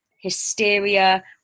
hysteria